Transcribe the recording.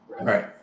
right